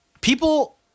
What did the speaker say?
people